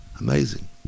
amazing